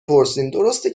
پرسین؟ درسته